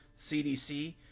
CDC